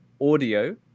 audio